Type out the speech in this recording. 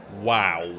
Wow